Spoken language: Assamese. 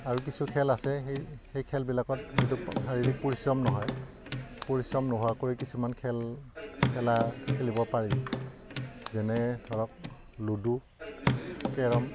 আৰু কিছু খেল আছে সেই সেই খেলবিলাকত হয়তো শাৰীৰিক পৰিশ্ৰম নহয় পৰিশ্ৰম নোহোৱাকৈ কিছুমান খেল খেলা খেলিব পাৰি যেনে ধৰক লুডু কেৰম